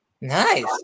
Nice